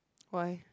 why